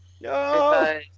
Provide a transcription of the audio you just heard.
No